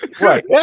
right